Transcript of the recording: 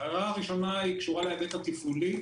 ההערה הראשונה קשורה להיבט התפעולי